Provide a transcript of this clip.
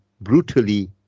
brutally